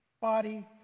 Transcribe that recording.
body